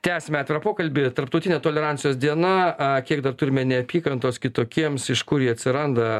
tęsime atvirą pokalbį tarptautinė tolerancijos diena kiek dar turime neapykantos kitokiems iš kur ji atsiranda